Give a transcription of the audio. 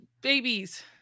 babies